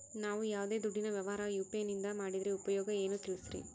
ನಾವು ಯಾವ್ದೇ ದುಡ್ಡಿನ ವ್ಯವಹಾರ ಯು.ಪಿ.ಐ ನಿಂದ ಮಾಡಿದ್ರೆ ಉಪಯೋಗ ಏನು ತಿಳಿಸ್ರಿ?